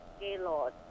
Gaylord